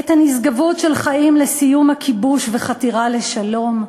את הנשגבות של חיים לסיום הכיבוש וחתירה לשלום,